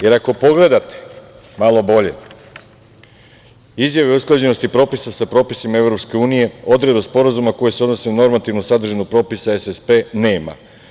Jer, ako pogledate malo bolje, izjave usklađenosti propisa sa propisima EU, odredbe sporazuma koje se odnose u normativnu sadržinu propisa SSP - nema.